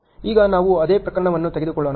ಈಗ ನಾವು ಅದೇ ಪ್ರಕರಣವನ್ನು ತೆಗೆದುಕೊಳ್ಳೋಣ